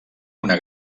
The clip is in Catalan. una